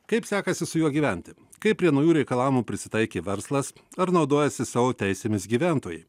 kaip sekasi su juo gyventi kaip prie naujų reikalavimų prisitaikė verslas ar naudojasi savo teisėmis gyventojai